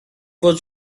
was